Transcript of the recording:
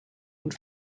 und